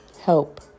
help